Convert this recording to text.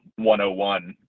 101